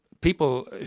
people